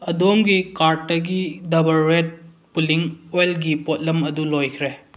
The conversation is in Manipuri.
ꯑꯗꯣꯝꯒꯤ ꯀꯥꯔ꯭ꯗꯇꯒꯤ ꯗꯕꯔ ꯔꯦꯗ ꯄꯨꯂꯤꯡ ꯑꯣꯏꯜꯒꯤ ꯄꯣꯠꯂꯝ ꯑꯗꯨ ꯂꯣꯏꯈ꯭ꯔꯦ